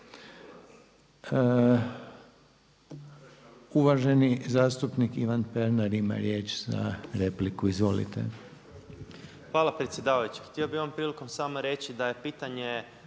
Uvaženi zastupnik Ivan Pernar ima riječ za repliku. Izvolite. **Pernar, Ivan (Abeceda)** Hvala predsjedavajući. Htio bih ovom prilikom samo reći da je pitanje